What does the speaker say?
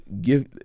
give